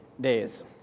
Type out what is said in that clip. days